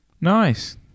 Nice